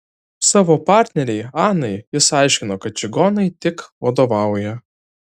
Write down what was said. savo partnerei anai jis aiškino kad čigonai tik vadovauja